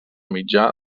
mitjà